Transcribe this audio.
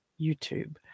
YouTube